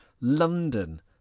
London